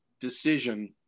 decision